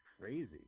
crazy